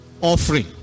Offering